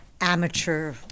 amateur